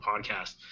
podcast